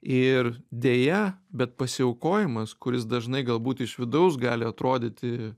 ir deja bet pasiaukojimas kuris dažnai galbūt iš vidaus gali atrodyti